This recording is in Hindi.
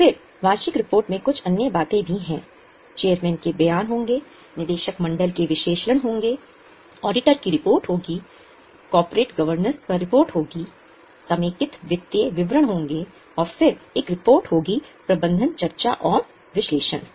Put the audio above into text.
फिर वार्षिक रिपोर्ट में कुछ अन्य बातें भी हैं चेयरमैन के बयान होंगे निदेशक मंडल के विश्लेषण होंगे ऑडिटर की रिपोर्ट होगी कॉरपोरेट गवर्नेंस पर रिपोर्ट होगी समेकित वित्तीय विवरण होंगेऔर फिर एक रिपोर्ट होगी प्रबंधन चर्चा और विश्लेषण